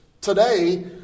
Today